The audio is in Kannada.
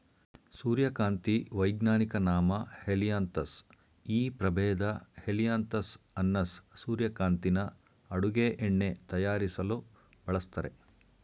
ಸೂರ್ಯಕಾಂತಿ ವೈಜ್ಞಾನಿಕ ನಾಮ ಹೆಲಿಯಾಂತಸ್ ಈ ಪ್ರಭೇದ ಹೆಲಿಯಾಂತಸ್ ಅನ್ನಸ್ ಸೂರ್ಯಕಾಂತಿನ ಅಡುಗೆ ಎಣ್ಣೆ ತಯಾರಿಸಲು ಬಳಸ್ತರೆ